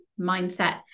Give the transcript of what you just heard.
mindset